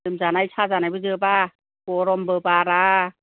लोमजानाय साजानायबो जोबा गरमबो बारा